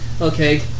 Okay